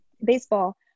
baseball